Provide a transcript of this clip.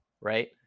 right